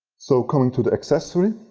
so, coming to the accessories,